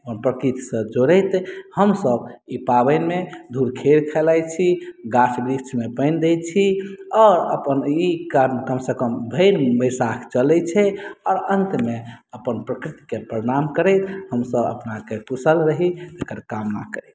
आओर प्रकृतिसँ जोड़ैत हमसभ ई पाबनिमे धुरखेल खेलाइत छी गाछ वृक्षमे पानि दैत छी आओर अपन ई कर्म कमसँ कम भरि बैसाख चलैत छै आओर अन्तमे अपन प्रकृतिकेँ प्रणाम करैत हमसभ अपनाके कुशल रही एकर कामना करैत छी